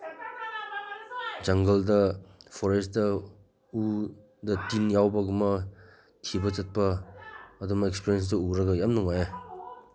ꯖꯪꯒꯜꯗ ꯐꯣꯔꯦꯁꯇ ꯎꯗ ꯇꯤꯟ ꯌꯥꯎꯕꯒꯨꯝꯕ ꯊꯤꯕ ꯆꯠꯄ ꯑꯗꯨꯝꯕ ꯑꯦꯛꯁꯄꯔꯦꯟꯁꯨ ꯎꯔꯒ ꯌꯥꯝ ꯅꯨꯡꯉꯥꯏꯌꯦ